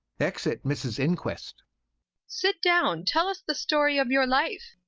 exit mrs inquest sit down. tell us the story of your life.